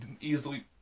easily